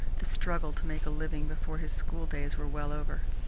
the struggle to make a living before his schooldays were well over,